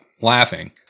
laughing